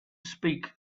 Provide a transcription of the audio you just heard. speak